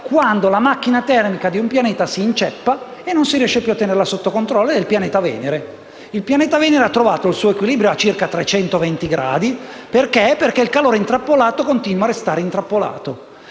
quando la macchina termica di un pianeta si inceppa e non si riesce più a tenerla sotto controllo. Sto parlando del pianeta Venere: questo pianeta ha trovato il suo equilibrio a circa 320 gradi, perché il calore intrappolato continua a restare intrappolato.